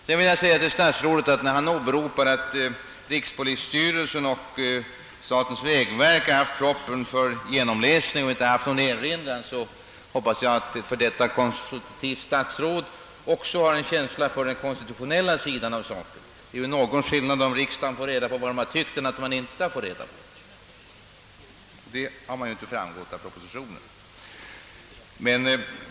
Sedan sade statsrådet att rikspolisstyrelsen och statens vägverk har haft propositionen för genomläsning men inte gjort någon erinran. Jag hoppas då bara att herr Palme som f. d. konsultativt statsråd också har känsla för den konstitutionella sidan av saken. Det är ju ändå skillnad om riksdagen får reda på vad dessa instanser tyckt och om vi inte får reda på det. Man kan nämligen inte utläsa det ur propositionen.